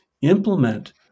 implement